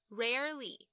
rarely